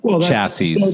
chassis